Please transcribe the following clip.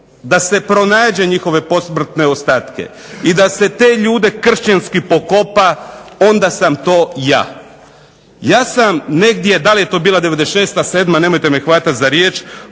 da se pronađe njihove posmrtne ostatke i da se te ljude kršćanski pokopa, onda sam to ja. Ja sam negdje da li je to bila '96., sedma nemojte me hvatati za riječ,